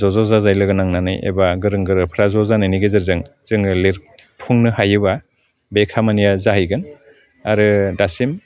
जज' जाजाय लोगो नांनानै एबा गोरों गोराफ्रा ज' जानायनि गेजेरजों जोङो लेरफुंनो हायोबा बे खामानिया जाहैगोन आरो दासिम